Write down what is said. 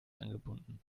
angebunden